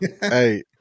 Hey